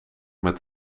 met